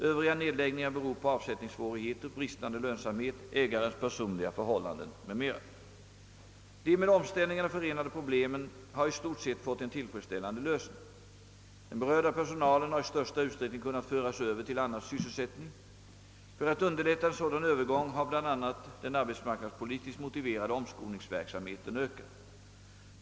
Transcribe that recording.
Övriga nedläggningar beror på avsättningssvårigheter, bristande lönsamhet, ägarens personliga förhållanden m.m. De med omställningarna förenade problemen har i stort sett fått en tillfredsställande lösning. Den berörda personalen har i största utsträckning kunnat föras över till annan sysselsättning. För att underlätta en sådan övergång har bl.a. den arbetsmarknadspolitiskt motiverade <omskolningsverksamheten ökat.